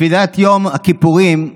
בתפילת יום הכיפורים,